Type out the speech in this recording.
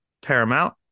Paramount